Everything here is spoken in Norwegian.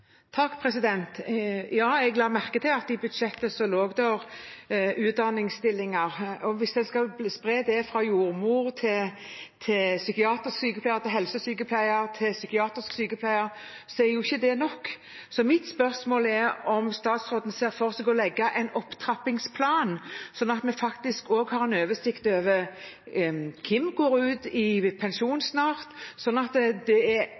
Jeg la merke til at det lå utdanningsstillinger i budsjettet. Hvis en skal spre det fra jordmor til psykiatrisk sykepleier, til helsesykepleier, til psykiatrisk sykepleier, er jo ikke det nok. Mitt spørsmål er om statsråden ser for seg å legge en opptrappingsplan, sånn at vi faktisk også har en oversikt over hvem som går ut i pensjon snart, slik at det er